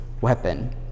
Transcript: weapon